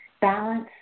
balance